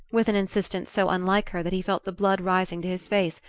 with an insistence so unlike her that he felt the blood rising to his face,